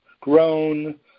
grown